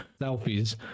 selfies